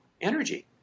energy